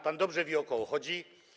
Pan dobrze wie, o kogo chodzi.